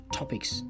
topics